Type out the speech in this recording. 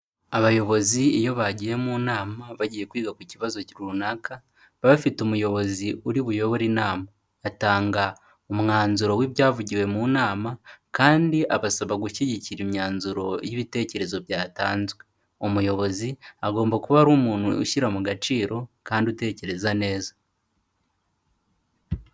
Abayobozi iyo bagiye mu nama bagiye kwiga ku kibazo runaka, baba bafite umuyobozi uri buyobore inama, atanga umwanzuro w'ibyavugiwe mu nama kandi abasaba gushyigikira imyanzuro y'ibitekerezo byatanzwe, umuyobozi agomba kuba ari umuntu ushyira mu gaciro kandi utekereza neza.